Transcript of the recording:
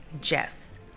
Jess